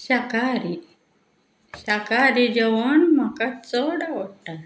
शाकाहारी शाकाहारी जेवण म्हाका चड आवडटा